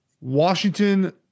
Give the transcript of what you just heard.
Washington